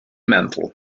mantle